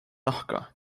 nahka